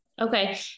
Okay